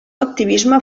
activisme